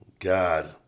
God